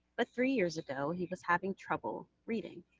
but three years ago, he was having trouble reading.